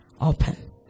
open